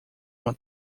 uma